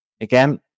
again